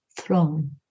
throne